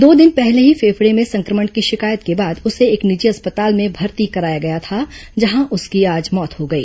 दो दिन पहले ही फेफड़े में सं क्र मण की शिकायत के बाद उसे एक निजी अस्पताल में भर्ती कराया गया था जहां उसकी आज मौत हो गई